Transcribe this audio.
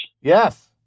Yes